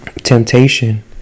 Temptation